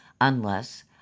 unless